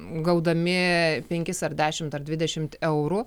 gaudami penkis ar dešimt ar dvidešimt eurų